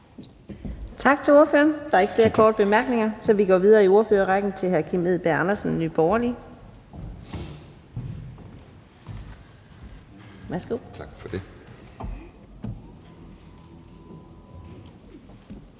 Tak til ordføreren. Der er ikke flere korte bemærkninger, så vi går videre i ordførerrækken til hr. Kim Edberg Andersen, Nye Borgerlige. Værsgo. Kl.